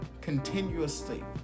continuously